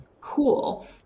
Cool